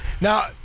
Now